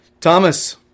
Thomas